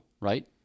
right